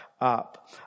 up